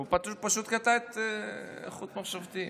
הוא פשוט קטע את חוט מחשבתי.